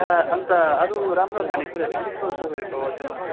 यता अन्त अरू राम्रो खाने कुराहरू के छ हौ तपईँहरूको होटलमा